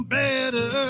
better